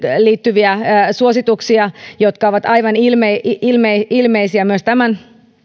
liittyviä suosituksia jotka ovat aivan ilmeisiä ilmeisiä myös tämän